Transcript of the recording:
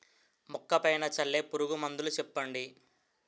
మొక్క పైన చల్లే పురుగు మందులు చెప్పండి?